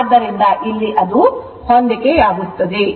ಆದ್ದರಿಂದ ಇಲ್ಲಿ ಅದು ಹೊಂದಿಕೆಯಾಗುತ್ತಿದೆ